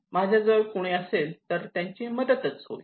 माझ्याजवळ कुणी असेल तर त्याची मदत होईल